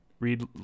Read